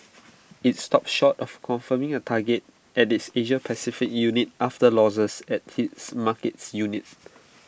IT stopped short of confirming A target at its Asia Pacific unit after losses at its markets unit